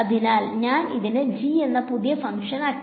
അതിനാൽ ഞാൻ ഇതിനെ g എന്ന പുതിയ ഒരു ഫങ്ക്ഷൻ ആക്കി